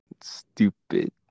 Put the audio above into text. stupid